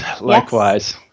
likewise